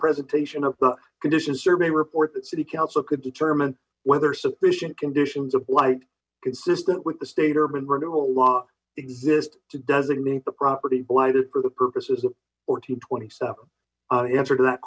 presentation of the condition survey report that city council could determine whether sufficient conditions of light consistent with the state urban renewal law exist to designate the property blighted for the purposes of fourteen twenty seven the answer to that